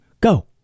Go